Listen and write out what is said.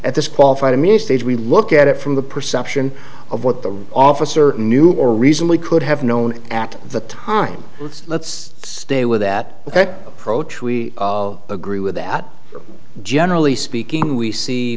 at this qualified immunity stage we look at it from the perception of what the officer knew or recently could have known at the time let's let's stay with that approach we agree with that generally speaking we see